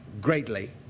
greatly